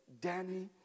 danny